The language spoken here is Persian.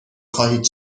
خواهید